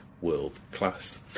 world-class